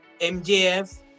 mjf